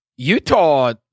Utah